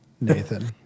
Nathan